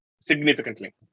significantly